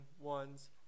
ones